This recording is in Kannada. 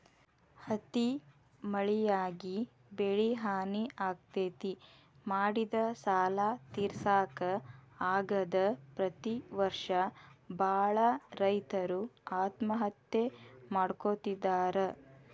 ಅತಿ ಮಳಿಯಾಗಿ ಬೆಳಿಹಾನಿ ಆಗ್ತೇತಿ, ಮಾಡಿದ ಸಾಲಾ ತಿರ್ಸಾಕ ಆಗದ ಪ್ರತಿ ವರ್ಷ ಬಾಳ ರೈತರು ಆತ್ಮಹತ್ಯೆ ಮಾಡ್ಕೋತಿದಾರ